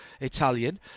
Italian